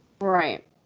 right